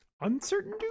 Uncertain